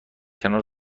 کنار